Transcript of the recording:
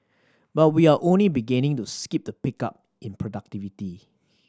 but we are only beginning to skin the pickup in productivity